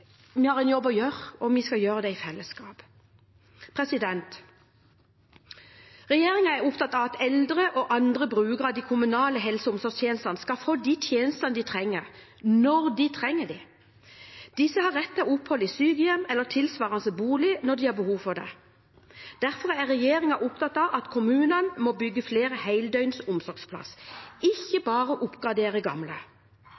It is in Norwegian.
vi har en jobb å gjøre, og den skal vi gjøre i fellesskap. Regjeringen er opptatt av at eldre og andre brukere av de kommunale helse- og omsorgstjenestene skal få de tjenestene de trenger, når de trenger dem. Disse har rett til opphold i sykehjem eller tilsvarende bolig når de har behov for det. Derfor er regjeringen opptatt av at kommunene må bygge flere